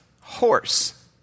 horse